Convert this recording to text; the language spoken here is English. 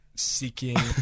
Seeking